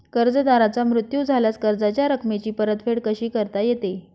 कर्जदाराचा मृत्यू झाल्यास कर्जाच्या रकमेची परतफेड कशी करता येते?